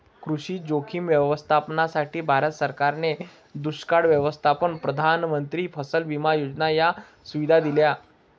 कृषी जोखीम व्यवस्थापनासाठी, भारत सरकारने दुष्काळ व्यवस्थापन, प्रधानमंत्री फसल विमा योजना या सुविधा दिल्या